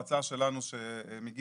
ההצעה שלנו שמגיל